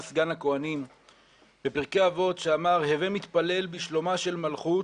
סגן הכוהנים בפרקי אבות שאמר: הווה מתפלל בשלומה של מלכות